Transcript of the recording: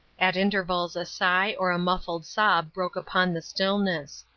at intervals a sigh or a muffled sob broke upon the stillness.